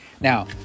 Now